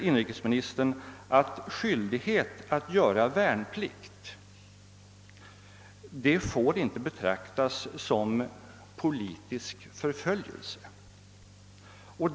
Inrikesministern sade att skyldighet att göra värnplikt inte får betraktas som politisk förföljelse.